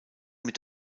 mit